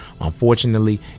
Unfortunately